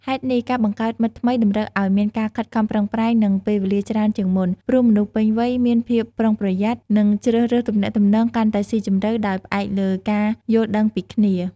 ហេតុនេះ ការបង្កើតមិត្តថ្មីតម្រូវឱ្យមានការខិតខំប្រឹងប្រែង និងពេលវេលាច្រើនជាងមុន ព្រោះមនុស្សពេញវ័យមានភាពប្រុងប្រយ័ត្ន និងជ្រើសរើសទំនាក់ទំនងកាន់តែស៊ីជម្រៅ ដោយផ្អែកលើការយល់ដឹងពីគ្នា។